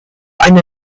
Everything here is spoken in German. eine